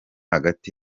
hagati